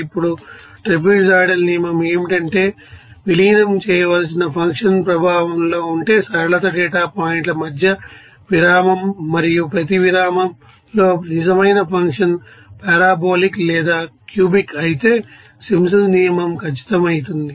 ఇప్పుడు ట్రాపెజోయిడల్ నియమం ఏమిటంటే విలీనం చేయవలసిన ఫంక్షన్ ప్రభావంలో ఉంటే సరళత డేటా పాయింట్ల మధ్య విరామం మరియు ప్రతి విరామంలో నిజమైన ఫంక్షన్ పారాబొలిక్ లేదా క్యూబిక్ అయితే సింప్సన్స్ నియమం ఖచ్చితమైనది